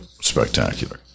spectacular